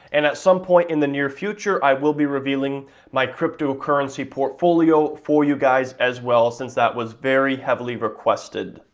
and at some point in the near future i will be revealing my cryptocurrency portfolio for you guys as well since that was very heavily requested.